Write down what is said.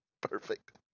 Perfect